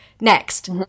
Next